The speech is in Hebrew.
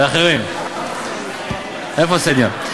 ואחרים, איפה קסניה?